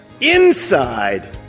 inside